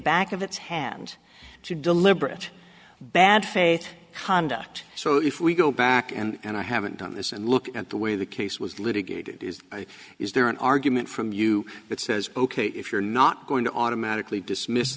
back of its hand to deliberate bad faith conduct so if we go back and i haven't done this and look at the way the case was litigated is is there an argument from you that says ok if you're not going to automatically dismiss